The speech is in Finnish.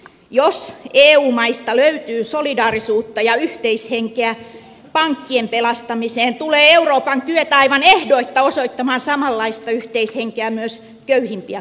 jos eu maista löytyy solidaarisuutta ja yhteishenkeä pankkien pelastamiseen tulee euroopan kyetä aivan ehdoitta osoittamaan samanlaista yhteishenkeä myös köyhimpiä kansalaisiaan kohtaan